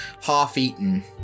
half-eaten